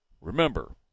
remember